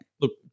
Look